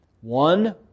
One